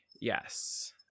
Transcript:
Yes